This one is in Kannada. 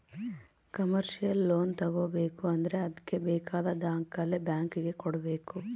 ಕಮರ್ಶಿಯಲ್ ಲೋನ್ ತಗೋಬೇಕು ಅಂದ್ರೆ ಅದ್ಕೆ ಬೇಕಾದ ದಾಖಲೆ ಬ್ಯಾಂಕ್ ಗೆ ಕೊಡ್ಬೇಕು